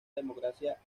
democracia